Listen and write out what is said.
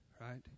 right